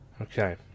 Okay